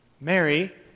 Mary